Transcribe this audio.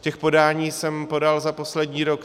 Těch podání jsem podal za poslední rok 368.